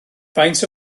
faint